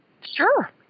Sure